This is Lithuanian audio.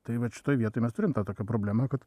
tai vat šitoj vietoj mes turim tą tokią problemą kad